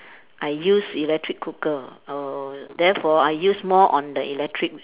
I use electric cooker err therefore I use more on the electric